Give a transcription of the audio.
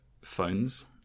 phones